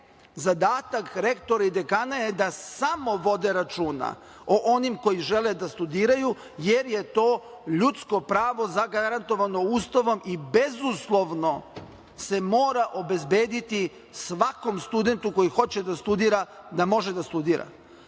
zadatak rektora i dekana je da samo vode računa o onima koji žele da studiraju jer je to ljudsko pravo zagarantovano Ustavom i bezuslovno se mora obezbediti svakom studentu koji hoće da studira da može da studira. Pod